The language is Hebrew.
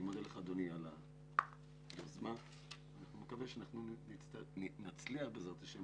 אני מודה לך אדוני על היוזמה ומקווה שנצליח בעזרת השם